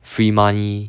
free money